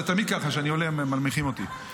זה תמיד ככה, כשאני עולה מנמיכים אותי.